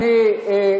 עוד במושב.